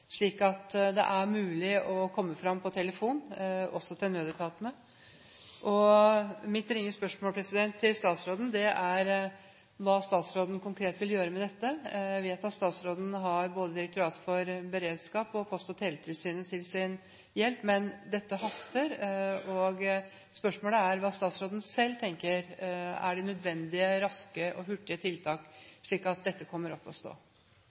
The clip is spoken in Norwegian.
slik at det er mulig å komme fram på telefon også til nødetatene. Mitt ringe spørsmål til statsråden er hva statsråden konkret vil gjøre med dette. Jeg vet at statsråden har både Direktoratet for samfunnssikkerhet og beredskap og Post- og teletilsynet til sin hjelp. Men dette haster, og spørsmålet er hva statsråden selv tenker er de nødvendige og raske og hurtige tiltak, slik at dette kommer opp å stå.